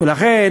ולכן